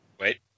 Wait